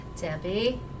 Debbie